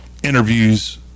interviews